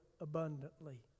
abundantly